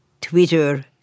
Twitter